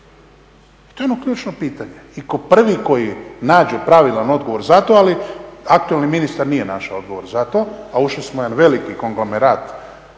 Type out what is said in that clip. To je ono ključno pitanje. I tko prvi koji nađe pravilan odgovor za to, ali aktualni ministar nije našao odgovor za to a ušli smo u jedan veliki konglomerat